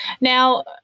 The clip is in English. Now